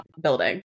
building